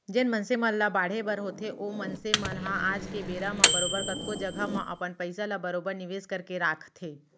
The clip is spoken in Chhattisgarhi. जेन मनसे मन ल बाढ़े बर होथे ओ मनसे मन ह आज के बेरा म बरोबर कतको जघा म अपन पइसा ल बरोबर निवेस करके राखथें